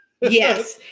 Yes